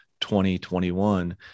2021